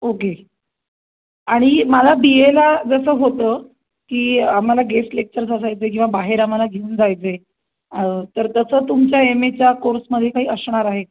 okay आणि मला B एला जसं होतं की आम्हाला गेस्ट लेक्चर्स असायचे किंवा बाहेर आम्हाला घेऊन जायचे तर तसं तुमच्या एम एच्या कोर्समध्ये काही असणार आहे